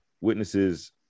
witnesses